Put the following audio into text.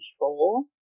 control